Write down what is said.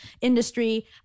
industry